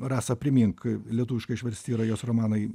rasa primink lietuviškai išversti yra jos romanai